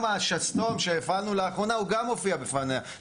השסתום שהפעלנו לאחרונה הוא גם מופיע בפניה.